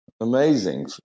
amazing